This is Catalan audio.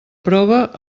prova